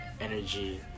energy